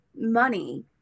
money